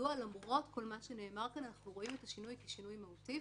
מדוע למרות כל מה שנאמר כאן אנחנו רואים את השינוי כשינוי מהותי.